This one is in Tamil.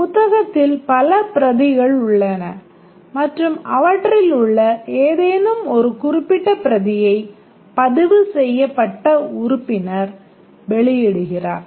புத்தகத்தில் பல பிரதிகள் உள்ளன மற்றும் அவற்றிலுள்ள ஏதேனும் ஒரு குறிப்பிட்ட பிரதியை பதிவு செய்யப்பட்ட உறுப்பினர் வெளியிடுகிறார்